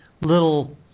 little